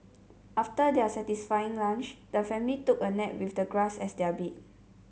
after their satisfying lunch the family took a nap with the grass as their bed